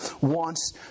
wants